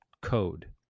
code